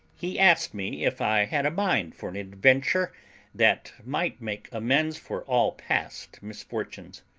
he asked me if i had a mind for an adventure that might make amends for all past misfortunes.